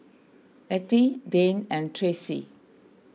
Ettie Dayne and Tracy